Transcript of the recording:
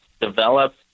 develop